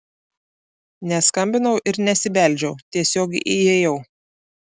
neskambinau ir nesibeldžiau tiesiog įėjau